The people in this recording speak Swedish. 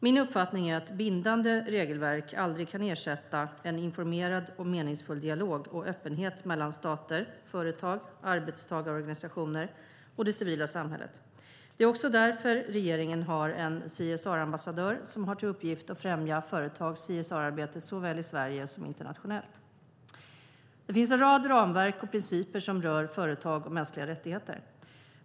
Min uppfattning är att bindande regelverk aldrig kan ersätta en informerad och meningsfull dialog och öppenhet mellan stater, företag, arbetstagarorganisationer och det civila samhället. Det är också därför som regeringen har en CSR-ambassadör som har till uppgift att främja företags CSR-arbete såväl i Sverige som internationellt. Det finns en rad ramverk och principer som rör företag och mänskliga rättigheter.